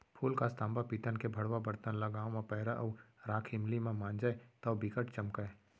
फूलकास, तांबा, पीतल के भंड़वा बरतन ल गांव म पैरा अउ राख इमली म मांजय तौ बिकट चमकय